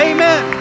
Amen